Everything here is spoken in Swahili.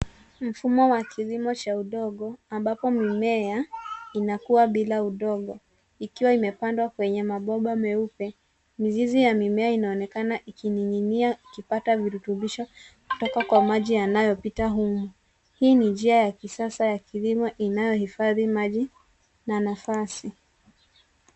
Mfumo wa kilimo cha udongo ambapo mimea inakua bila udongo, ikiwa imepandwa kwenye mabomba meupe. Mizizi ya mimea inaonekana ikining'inia ikipata virutubisho, kutoka kwa maji yanayopita humu. Hii ni njia ya kisasa ya kilimo, inayohifadhi maji na nafasi.